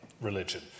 religion